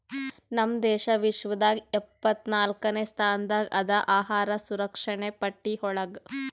ನಮ್ ದೇಶ ವಿಶ್ವದಾಗ್ ಎಪ್ಪತ್ನಾಕ್ನೆ ಸ್ಥಾನದಾಗ್ ಅದಾ ಅಹಾರ್ ಸುರಕ್ಷಣೆ ಪಟ್ಟಿ ಒಳಗ್